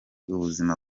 ubuzima